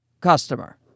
customer